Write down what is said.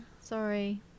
Sorry